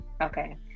Okay